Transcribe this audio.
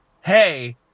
hey